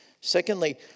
Secondly